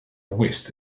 west